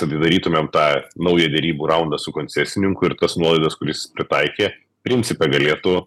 atidarytumėm tą naują derybų raundą su koncesininku ir tas nuolaidas kur jis pritaikė principe galėtų